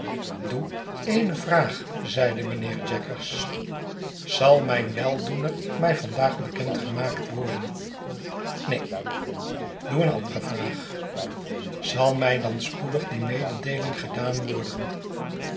doe eene vraag zeide mijnheer jaggers zal mijn weldoener mij vandaag bekend gemaakt worden neen doe eene andere vraag zal mij dan spoedig die mededeeling gedaan worden